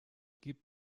gibt